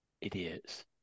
Idiots